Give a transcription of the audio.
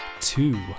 two